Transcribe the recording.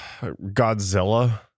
Godzilla